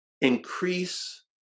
increase